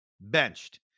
benched